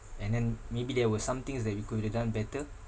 and then maybe there were some things that we could have done better